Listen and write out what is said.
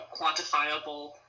quantifiable